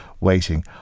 waiting